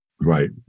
Right